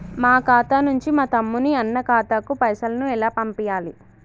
మా ఖాతా నుంచి మా తమ్ముని, అన్న ఖాతాకు పైసలను ఎలా పంపియ్యాలి?